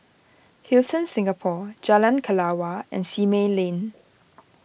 Hilton Singapore Jalan Kelawar and Simei Lane